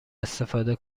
استفاده